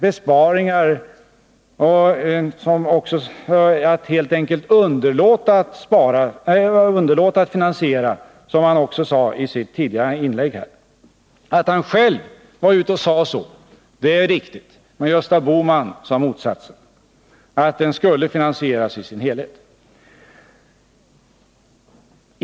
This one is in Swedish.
Det var inte fråga om, som Lars Tobisson sade, att den skulle finansieras med besparingar eller att vi, som Lars Tobisson också sade, skulle underlåta att finansiera den. Att Lars Tobisson själv sade detta är riktigt, men Gösta Bohman sade motsatsen — den skulle finansieras i sin helhet.